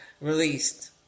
released